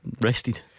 rested